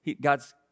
God's